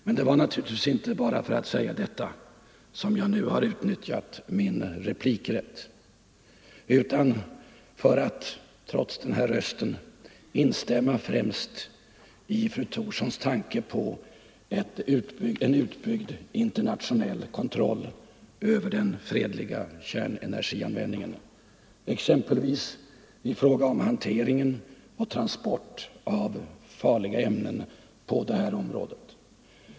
Men det var naturligtvis inte bara för att säga detta som jag nu har utnyttjat min replikrätt utan främst för att instämma i fru Thorssons tanke på en utbyggd internationell kontroll över den fredliga kärnenergianvändningen, exempelvis i fråga om hantering och transport av farliga ämnen på det här området.